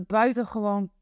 buitengewoon